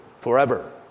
forever